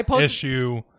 issue